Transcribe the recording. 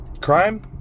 crime